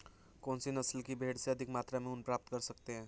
कौनसी नस्ल की भेड़ से अधिक मात्रा में ऊन प्राप्त कर सकते हैं?